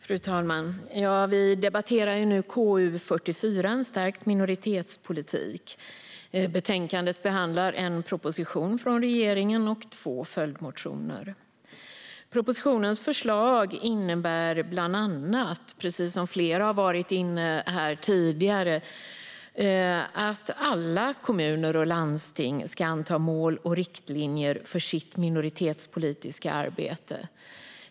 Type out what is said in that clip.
Fru talman! Vi debatterar nu KU44, En stärkt minoritetspolitik . Betänkandet behandlar en proposition från regeringen och två följdmotioner. Propositionens förslag innebär bland annat, precis som flera här har varit inne på tidigare, att alla kommuner och landsting ska anta mål och riktlinjer för sitt minoritetspolitiska arbete.